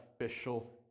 official